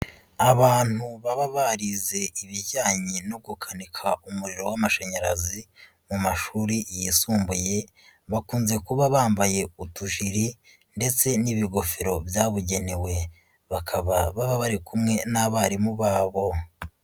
Abantu baba barize ibijyanye no gukanika umuriro w'amashanyarazi mu mashuri yisumbuye, bakunze kuba bambaye utujiri ndetse n'ibigofero byabugenewe, bakaba baba bari kumwe n'abarimu babo.